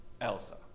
Elsa